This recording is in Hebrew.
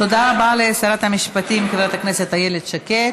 תודה רבה לשרת המשפטים חברת הכנסת איילת שקד.